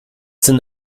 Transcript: sind